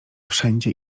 wszędzie